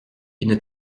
une